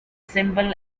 simple